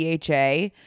DHA